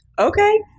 Okay